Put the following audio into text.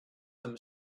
them